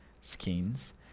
skins